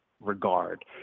regard